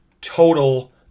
total